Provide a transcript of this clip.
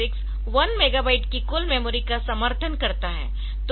8086 1 megabyte की कुल memory का समर्थन करता है